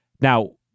Now